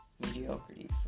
mediocrity